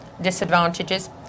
disadvantages